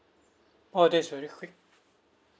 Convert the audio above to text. orh that's very quick